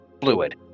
fluid